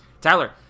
Tyler